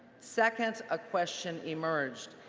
second, a question emerged.